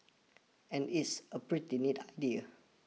and it's a pretty neat idea